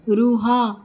ରୁହ